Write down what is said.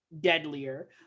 deadlier